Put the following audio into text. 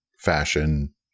fashion